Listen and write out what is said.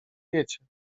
wiecie